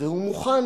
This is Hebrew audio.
והוא מוכן